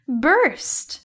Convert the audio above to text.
Burst